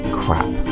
crap